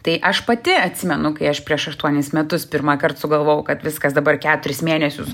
tai aš pati atsimenu kai aš prieš aštuonis metus pirmąkart sugalvojau kad viskas dabar keturis mėnesius